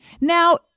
Now